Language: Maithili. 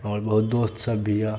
आओर बहुत दोस्त सब भी अछि